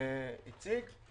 הציג את ההיבט של המדיניות.